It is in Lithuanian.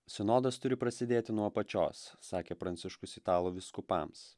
sinodas turi prasidėti nuo apačios sakė pranciškus italų vyskupams